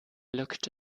looked